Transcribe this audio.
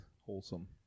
Wholesome